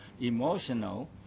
emotional